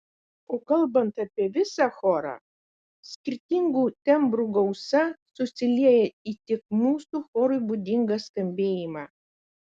o kalbant apie visą chorą skirtingų tembrų gausa susilieja į tik mūsų chorui būdingą skambėjimą